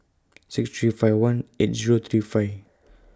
six three five one eight Zero three five